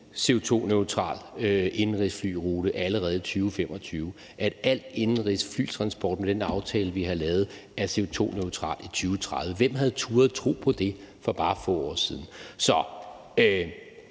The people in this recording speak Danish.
CO2-neutral indenrigsflyrute allerede i 2025, og at al indenrigsflytransport med den aftale, vi har lavet, er CO2-neutral i 2030. Hvem havde turdet tro på det for bare få år siden?